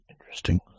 Interesting